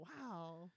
wow